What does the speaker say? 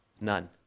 none